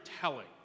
telling